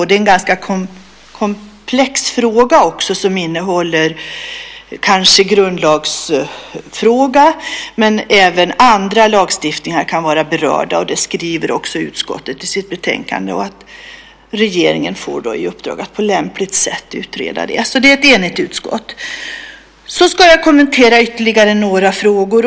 Det är också en ganska komplex fråga som kanske innehåller någon grundlagsfråga, men även andra lagstiftningar kan vara berörda, och det skriver också utskottet i sitt betänkande. Regeringen får då i uppdrag att på lämpligt sätt utreda det. Det är alltså ett enigt utskott. Jag ska kommentera ytterligare några frågor.